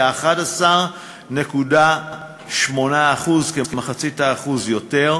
הוא כ-11.8%, כ-0.5% יותר,